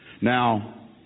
Now